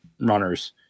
runners